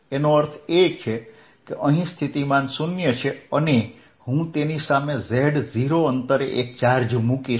એનો અર્થ એ કે અહીં સ્થિતિમાન 0 છે અને હું તેની સામે z0 અંતરે એક ચાર્જ q મૂકીશ